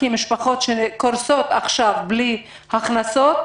כי משפחות שקורסות עכשיו בלי הכנסות